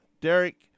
Derek